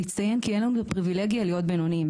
להצטיין כי אין לנו פריווילגיה להיות בינוניים,